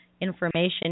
information